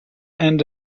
and